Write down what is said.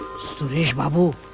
strange but